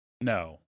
no